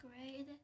grade